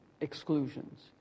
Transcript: exclusions